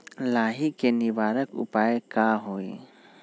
लाही के निवारक उपाय का होई?